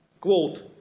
quote